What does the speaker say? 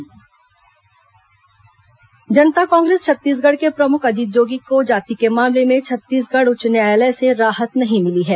high court Jogi Janata Congress Chhattisgarh के प्रमुख अजीत जोगी को जाति के मामले में छत्तीसगढ़ उच्च न्यायालय से राहत नहीं मिली है